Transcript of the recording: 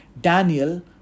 Daniel